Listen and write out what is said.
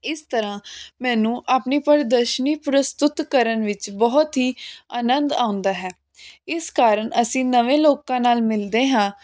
ਇਸ ਤਰ੍ਹਾਂ ਮੈਨੂੰ ਆਪਣੀ ਪ੍ਰਦਰਸ਼ਨੀ ਪ੍ਰਸਤੁਤ ਕਰਨ ਵਿੱਚ ਬਹੁਤ ਹੀ ਆਨੰਦ ਆਉਂਦਾ ਹੈ ਇਸ ਕਾਰਨ ਅਸੀਂ ਨਵੇਂ ਲੋਕਾਂ ਨਾਲ ਮਿਲਦੇ ਹਾਂ